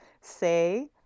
say